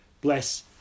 bless